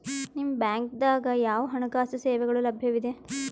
ನಿಮ ಬ್ಯಾಂಕ ದಾಗ ಯಾವ ಹಣಕಾಸು ಸೇವೆಗಳು ಲಭ್ಯವಿದೆ?